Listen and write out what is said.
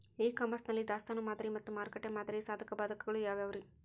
E commerce ನಲ್ಲಿ ದಾಸ್ತಾನು ಮಾದರಿ ಮತ್ತ ಮಾರುಕಟ್ಟೆ ಮಾದರಿಯ ಸಾಧಕ ಬಾಧಕಗಳ ಯಾವವುರೇ?